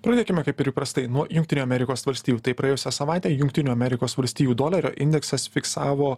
pradėkime kaip ir įprastai nuo jungtinių amerikos valstijų tai praėjusią savaitę jungtinių amerikos valstijų dolerio indeksas fiksavo